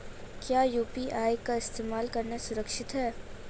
क्या यू.पी.आई का इस्तेमाल करना सुरक्षित है?